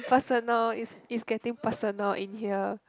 personal it's it's getting personal in here